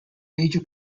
major